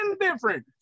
different